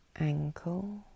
ankle